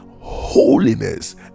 holiness